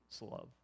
love